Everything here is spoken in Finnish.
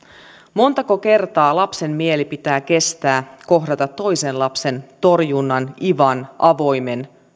montako kertaa lapsen mielen pitää kestää kohdata toisen lapsen torjunta iva avoin